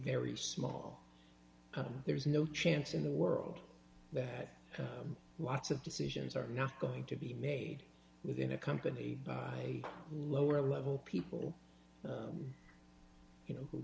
very small there's no chance in the world that lots of decisions are not going to be made within a company a lower level people you know